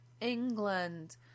England